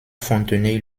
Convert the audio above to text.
fontenay